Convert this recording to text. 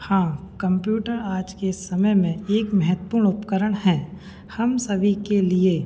हाँ कंप्यूटर आज के समय में एक महत्वपूण उपकरण है हम सभी के लिए